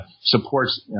supports